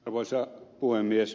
arvoisa puhemies